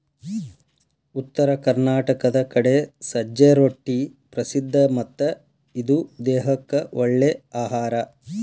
ಉತ್ತರ ಕರ್ನಾಟಕದ ಕಡೆ ಸಜ್ಜೆ ರೊಟ್ಟಿ ಪ್ರಸಿದ್ಧ ಮತ್ತ ಇದು ದೇಹಕ್ಕ ಒಳ್ಳೇ ಅಹಾರಾ